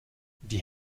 die